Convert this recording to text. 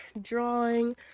drawing